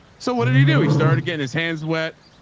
so what did he do? he started getting his hands wet